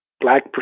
Black